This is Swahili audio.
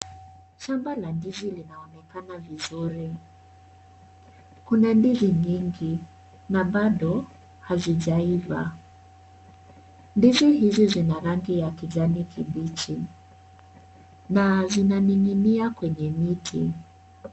Shamba la ndizi linaonekana vizuri kuna ndizi nyingi na bado haijaiva ndizi hizi zina rangi ya kijani kibichi na zinaninginia kwenye miti.